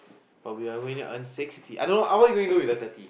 but we are going to earn sixty I don't know uh what are you going to do with the thirty